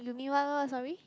you mean what what what sorry